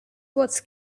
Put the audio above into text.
was